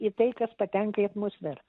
į tai kas patenka į atmosferą